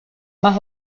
más